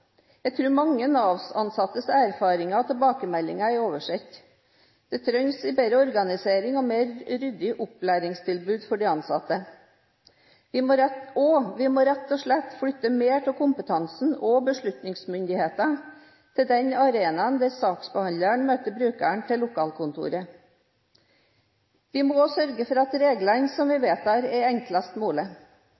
Jeg tror mange Nav-ansattes erfaringer og tilbakemeldinger er oversett. Det trengs bedre organisering og et mer ryddig opplæringstilbud for de ansatte, og vi må rett og slett flytte mer av kompetansen og beslutningsmyndigheten til den arenaen der saksbehandleren møter brukeren – til lokalkontoret. Vi må også sørge for at de reglene vi